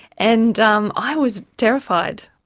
and um i was terrified.